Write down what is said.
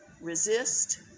resist